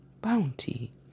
bounty